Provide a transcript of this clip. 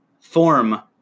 form